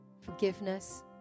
forgiveness